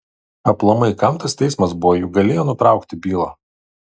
aplamai kam tas teismas buvo juk galėjo nutraukti bylą